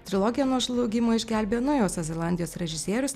trilogiją nuo žlugimo išgelbėjo naujosios zelandijos režisierius